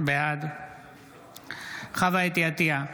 בעד חוה אתי עטייה,